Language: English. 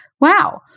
Wow